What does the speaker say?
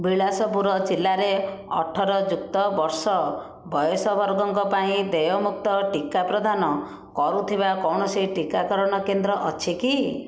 ବିଳାସପୁର ଜିଲ୍ଲାରେ ଅଠର ଯୁକ୍ତ ବର୍ଷ ବୟସ ବର୍ଗଙ୍କ ପାଇଁ ଦେୟମୁକ୍ତ ଟିକା ପ୍ରଦାନ କରୁଥିବା କୌଣସି ଟିକାକରଣ କେନ୍ଦ୍ର ଅଛି କି